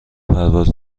پرواز